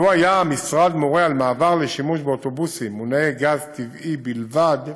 לו היה המשרד מורה על מעבר לשימוש באוטובוסים מונעי גז טבעי בלבד,